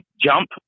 jump